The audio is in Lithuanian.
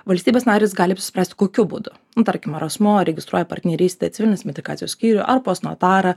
valstybės narės gali apsispręsti kokiu būdu tarkim ar asmuo registruoja partnerystę civilinės metrikacijos skyriuj ar pas notarą